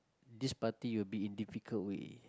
this party will be in difficult way